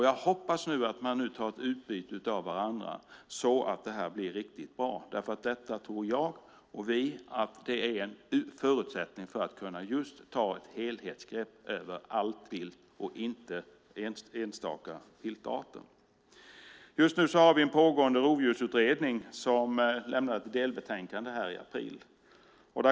Jag hoppas nu att man nu får ett utbyte av varandra, så att det här blir riktigt bra. Jag och vi tror nämligen att detta är en förutsättning för att man just ska kunna ta ett helhetsgrepp över allt vilt och inte enstaka viltarter. Vi har en pågående rovdjursutredning som lämnade ett delbetänkande i april.